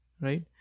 right